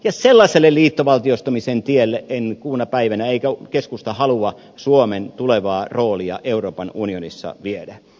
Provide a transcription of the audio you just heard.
ja sellaiselle liittovaltioistumisen tielle en kuuna päivänä eikä keskusta halua suomen tulevaa roolia euroopan unionissa viedä